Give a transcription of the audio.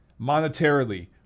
monetarily